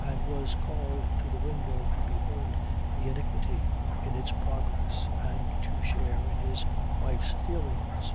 and was called to the window to behold the iniquity in its progress and to share in his wife's feelings.